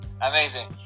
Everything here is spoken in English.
amazing